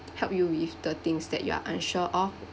help you with the things that you are unsure of